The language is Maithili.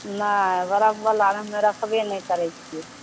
नहि बर्फ बाला हमे रखबे नहि करै छी